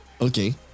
okay